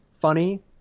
funny